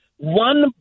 One